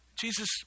Jesus